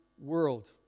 world